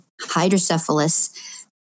hydrocephalus